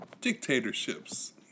Dictatorships